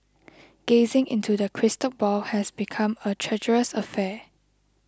gazing into the crystal ball has become a treacherous affair